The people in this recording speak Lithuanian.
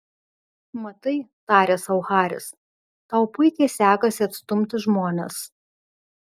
matai tarė sau haris tau puikiai sekasi atstumti žmones